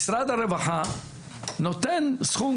משרד הרווחה נותן סכום,